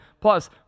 plus